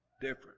Different